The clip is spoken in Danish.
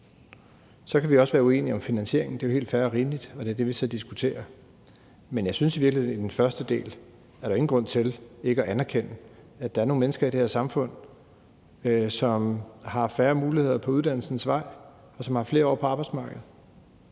Så kan vi også være uenige om finansieringen, og det er jo helt fair og rimeligt, og det er det, vi nu diskuterer. Men jeg synes i virkeligheden, at i forhold til den første del er der ingen grund til ikke at anerkende, at der er nogle mennesker i det her samfund, som har haft færre muligheder på uddannelsesvejen, og som har flere år på arbejdsmarkedet.